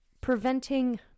preventing